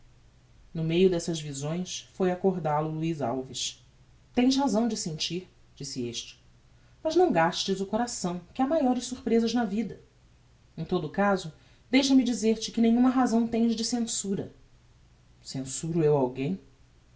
no meio dessas visões foi accordal o luiz alves tens razão de sentir disse este mas não gastes o coração que ha maiores sorpresas na vida em todo o caso deixa-me dizer-te que nenhuma razão tens de censura censuro eu alguém